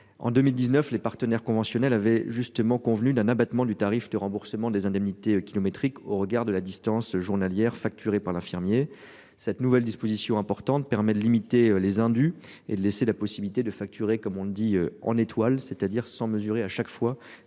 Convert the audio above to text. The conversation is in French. En 2019, les partenaires conventionnels avait justement convenu d'un abattement du tarif de remboursement des indemnités kilométriques au regard de la distance journalière facturé par l'infirmier. Cette nouvelle disposition importante permet de limiter les indus et de laisser la possibilité de facturer comme on le dit en étoile, c'est-à-dire sans mesurer à chaque fois